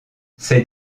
ces